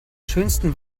schönsten